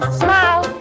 smile